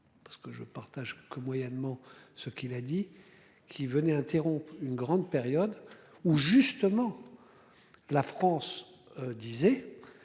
Parce que je partage que moyennement. Ce qu'il a dit qu'il venait interrompre une grande période où justement. La France. Disait